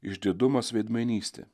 išdidumas veidmainystė